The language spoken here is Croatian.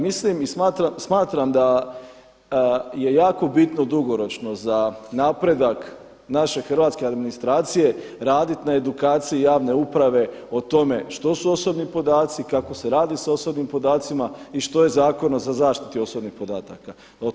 Mislim i smatram da je jako bitno dugoročno za napredak naše hrvatske administracije radit na edukaciji javne uprave o tome što su osobni podaci, kako se radi sa osobnim podacima i što je sa Zakonom o zaštiti osobnih podataka.